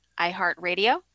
iHeartRadio